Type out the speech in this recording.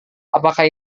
apakah